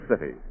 city